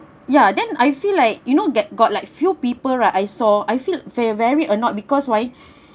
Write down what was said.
ya then I feel like you know get got like few people right I saw I feel very very annoyed because why